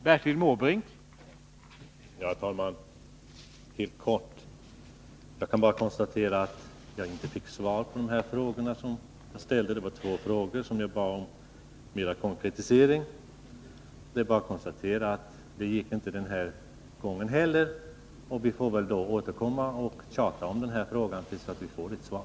Herr talman! Helt kort: Jag kan bara konstatera att jag inte fick svar på de två frågor som jag ställde, där jag bad om en konkretisering. Vi får väl då återkomma och tjata om den här frågan tills vi får svar.